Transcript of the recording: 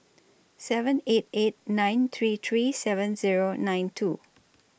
seven eight eight nine three three seven Zero nine two